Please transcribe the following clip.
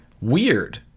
Weird